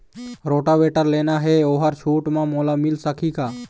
Rotavator लेना हे ओहर छूट म मोला मिल सकही का?